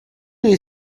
you